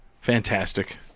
Fantastic